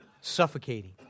suffocating